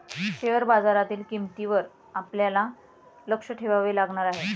share बाजारातील किंमतींवर आपल्याला लक्ष ठेवावे लागणार आहे